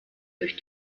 durch